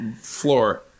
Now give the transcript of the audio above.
floor